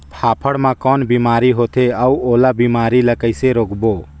फाफण मा कौन बीमारी होथे अउ ओला बीमारी ला कइसे रोकबो?